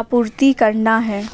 आपूर्ति करना है